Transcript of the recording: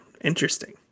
interesting